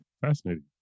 Fascinating